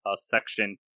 section